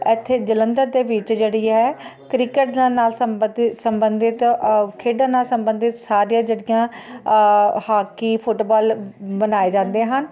ਇੱਥੇ ਜਲੰਧਰ ਦੇ ਵਿੱਚ ਜਿਹੜੀ ਹੈ ਕ੍ਰਿਕਟ ਦੇ ਨਾਲ ਸੰਬੰਧਿਤ ਖੇਡਾਂ ਨਾਲ ਸੰਬੰਧਿਤ ਸਾਰੀਆਂ ਜਿਹੜੀਆਂ ਹਾਕੀ ਫੁਟਬਾਲ ਬਣਾਏ ਜਾਂਦੇ ਹਨ